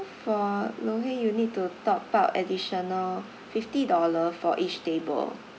for lo hei you need to top up additional fifty dollar for each table